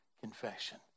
confession